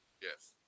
Yes